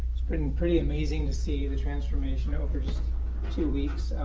it's been pretty amazing to see the transformation over just two weeks.